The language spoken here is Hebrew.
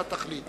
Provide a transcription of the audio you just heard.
אתה תחליט.